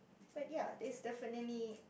but ya that's definitely